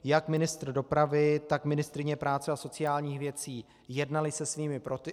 Jak ministr dopravy, tak ministryně práce a sociálních věcí jednali se svými protějšky.